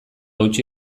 eutsi